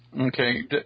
Okay